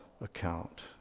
account